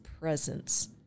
presence